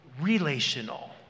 relational